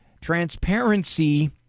transparency